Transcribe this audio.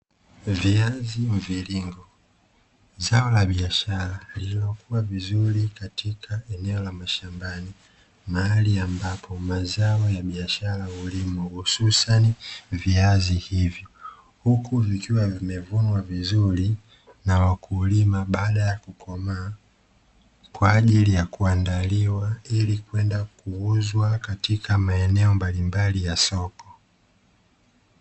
Viazi mviringo. Zao la biashara lililokuwa vizuri katika eneo la mashambani mahali ambapo mazao ya biashara hulimwa hususani viazi hivyo. Huku vikiwa vimevunwa vizuri na wakulima baada ya kukomaa kwa ajili ya kuandaliwa ili kwenda kuuzwa katika maeneo mbalimbali ya soko.